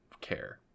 care